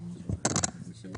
וקידום רשת,